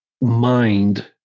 mind